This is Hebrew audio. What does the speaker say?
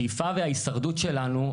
השאיפה וההישרדות שלנו,